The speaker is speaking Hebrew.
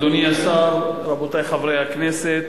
אדוני השר, רבותי חברי הכנסת,